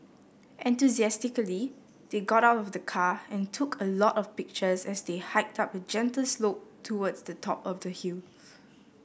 enthusiastically they got out of the car and took a lot of pictures as they hiked up a gentle slope towards the top of the hill